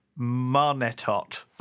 Marnetot